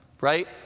Right